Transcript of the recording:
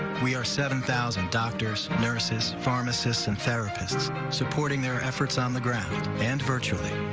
we are seven thousand doctors, nurses, pharmacists and therapists supporting their efforts on the ground and virtually.